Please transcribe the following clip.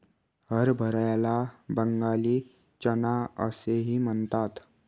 हरभऱ्याला बंगाली चना असेही म्हणतात